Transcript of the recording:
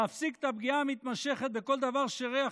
להפסיק את הפגיעה המתמשכת בכל דבר שריח